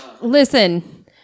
Listen